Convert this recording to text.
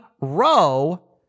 row